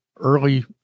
early